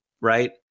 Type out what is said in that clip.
right